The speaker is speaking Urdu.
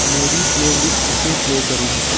میری پلے لیسٹ سے پلے کرو